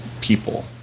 people